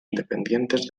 independientes